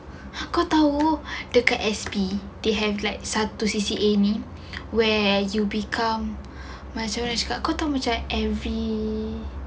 aku tahu dekat S_P they have like satu C_C_A ni where you become masyarakat kau tahu macam every